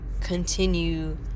continue